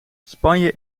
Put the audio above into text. spanje